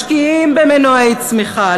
משקיעים במנועי צמיחה,